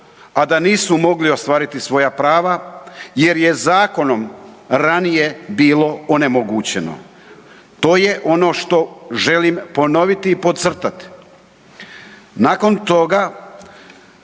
a da nisu htjeli ostvariti svoja prava jer je zakonom ranije bilo onemogućeno. To je ono što želim ponoviti i podcrtati. Nakon toga